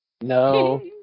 No